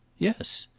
yes.